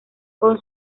con